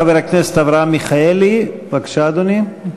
חבר הכנסת אברהם מיכאלי, בבקשה, אדוני.